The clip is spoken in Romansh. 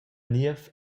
niev